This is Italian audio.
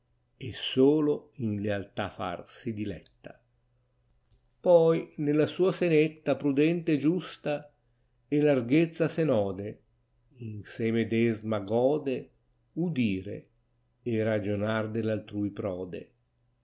lode solo in lealtà far si diletta poi nella sua senetta prudaite e giusta e targhezza sen ode io se medesma gode udire e ragionar dell altrui prode